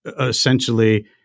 essentially